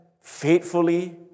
faithfully